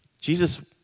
Jesus